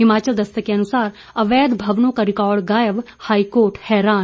हिमाचल दस्तक के अनुसार अवैध भवनों का रिकॉर्ड गायब हाईकोर्ट हैरान